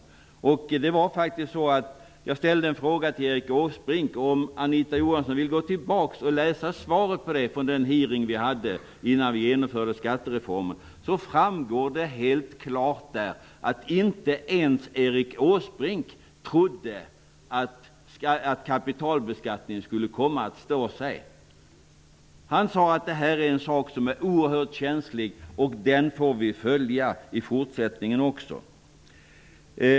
I den utfrågning vi hade innan vi genomförde skattereformen ställde jag faktiskt en fråga om detta till Erik Åsbrink -- Anita Johansson kan gå tillbaka i protokollen och läsa hans svar. Det framgår där helt klart att inte ens Erik Åsbrink trodde att kapitalbeskattningen skulle komma att stå sig. Han sade att det var något oerhört känsligt som vi skulle komma att följa också i fortsättningen.